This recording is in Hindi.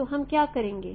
तो हम क्या करेंगे